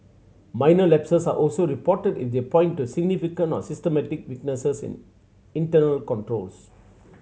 minor lapses are also reported if they point to significant or systemic weaknesses in internal controls